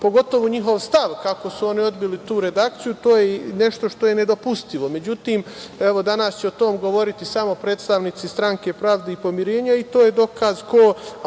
pogotovo njihov stav kako su oni odbili tu redakciju, što je nedopustivo. Međutim, danas će o tome govoriti samo predstavnici Stranke pravde i pomirenja i to je dokaz ko